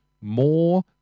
more